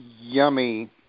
yummy